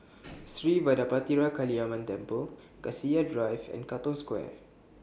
Sri Vadapathira Kaliamman Temple Cassia Drive and Katong Square